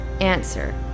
Answer